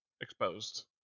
exposed